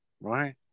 right